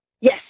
Yes